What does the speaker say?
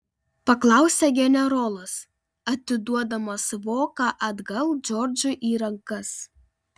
paklausė generolas atiduodamas voką atgal džordžui į rankas